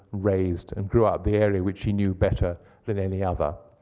raised and grew up, the area which he knew better than any other.